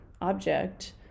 object